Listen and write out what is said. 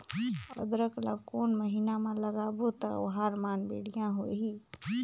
अदरक ला कोन महीना मा लगाबो ता ओहार मान बेडिया होही?